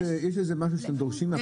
יש משהו שדורשים מהחברה?